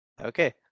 Okay